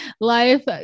life